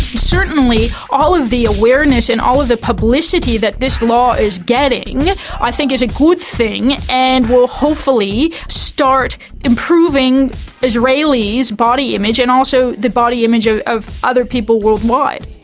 certainly all of the awareness and all of the publicity that this law is getting yeah i think is a good thing and will hopefully start improving israelis' body image and also the body image of of other people worldwide.